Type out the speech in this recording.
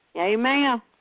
Amen